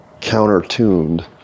counter-tuned